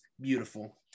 beautiful